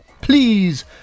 Please